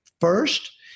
First